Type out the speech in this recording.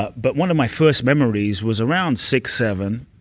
ah but one of my first memories was around six, seven,